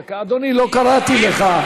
דקה, אדוני, לא קראתי לך.